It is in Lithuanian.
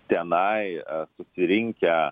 tenai susirinkę